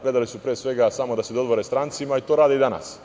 Gledali su, pre svega, samo da se dodvore strancima i to rade i danas.